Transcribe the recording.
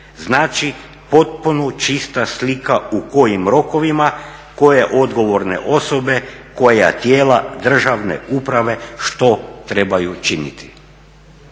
Znači potpuno čista slika u kojim rokovima, koje odgovorne osobe, koja tijela državne uprave što trebaju činiti.